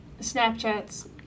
Snapchats